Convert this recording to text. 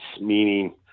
meaning